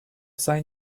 sign